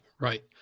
right